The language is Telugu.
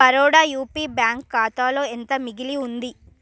బరోడా యూపీ బ్యాంక్ ఖాతాలో ఎంత మిగిలి ఉంది